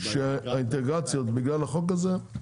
שהאינטגרציות בגלל החוק הזה,